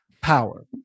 Power